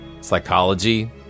psychology